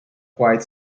quite